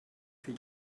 für